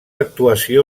actuació